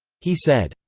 he said,